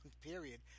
period